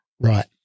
Right